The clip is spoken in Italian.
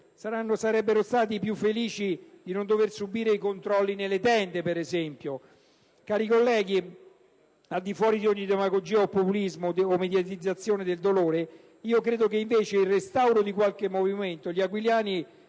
sarebbero stati più felici di non dover subire i controlli nelle tende, per esempio. Cari colleghi, al di fuori di ogni demagogia o populismo o mediatizzazione del dolore, io credo che, invece che il restauro di qualche monumento, gli aquilani